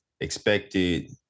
expected